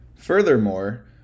Furthermore